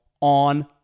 on